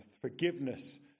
Forgiveness